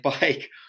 bike